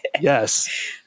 Yes